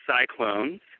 cyclones